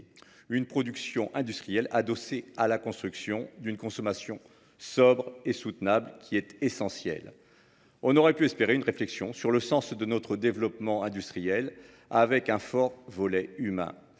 une production industrielle adossée à la construction, essentielle, d’une consommation sobre et soutenable. On aurait pu espérer une réflexion sur le sens de notre développement industriel, avec un fort volet humain,